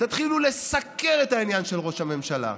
תתחילו לסקר את העניין של ראש הממשלה,